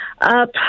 up